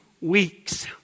weeks